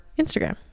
instagram